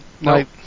Nope